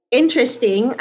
interesting